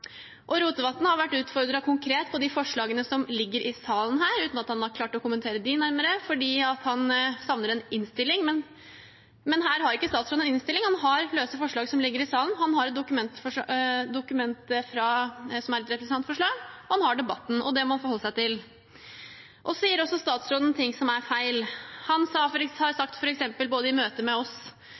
Rotevatn har vært utfordret konkret på de forslagene som ligger i salen, uten at han har klart å kommentere dem nærmere, fordi han savner en innstilling. Her har ikke statsråden en innstilling, men han har løse forslag, som ligger i salen, han har det dokumentet som er et representantforslag, han har debatten, og det må han forholde seg til. Så sier også statsråden ting som er feil. Han har f.eks. sagt både i møte med oss